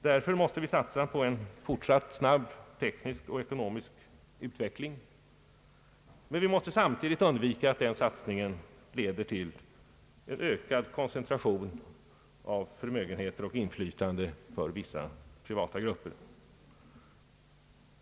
Därför måste vi satsa på en fortsatt snabb teknisk och ekonomisk utveckling, men vi måste samtidigt undvika att den satsningen leder till ökad koncentration av förmögenheter och inflytande för vissa privata grupper.